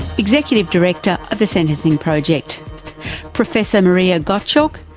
executive director of the sentencing project professor marie ah gottschalk,